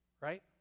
right